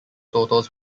totals